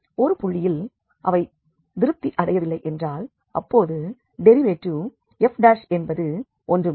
ஒரு புள்ளியில் அவை திருப்தி அடையவில்லை என்றால் அப்பொழுது டெரிவேட்டிவ் f என்பது ஒன்றுமில்லை